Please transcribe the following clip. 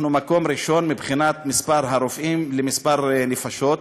אנחנו במקום הראשון מבחינת מספר הרופאים למספר נפשות.